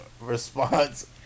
response